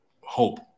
hope